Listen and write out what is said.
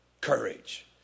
Courage